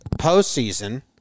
postseason